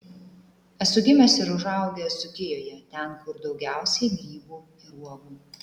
esu gimęs ir užaugęs dzūkijoje ten kur daugiausiai grybų ir uogų